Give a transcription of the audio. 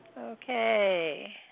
Okay